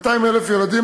200,000 ילדים.